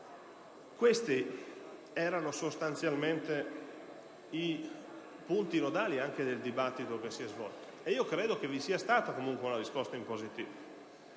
Questi erano sostanzialmente i punti nodali del dibattito che si è svolto e credo che vi sia stata una risposta positiva;